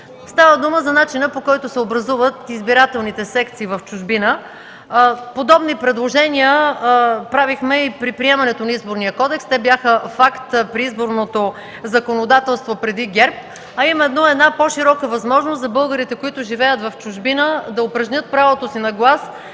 Става дума за начина, по който се образуват избирателните секции в чужбина. Подобни предложения правихме и при приемането на Изборния кодекс – те бяха факт при изборното законодателство преди ГЕРБ. А именно – една по-широка възможност за българите, които живеят в чужбина, да упражнят правото си на глас